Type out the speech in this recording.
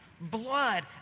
blood